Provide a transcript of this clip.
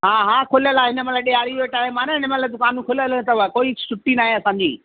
हा हा खुलियलु आहे इन महिल ॾियारी जो टेम आहे न इन महिल दुकानूं खुलियलु अथव कोई छुटी नाहे असांजी